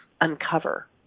uncover